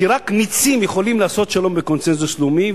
כי רק נצים יכולים לעשות שלום בקונסנזוס לאומי,